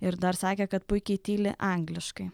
ir dar sakė kad puikiai tyli angliškai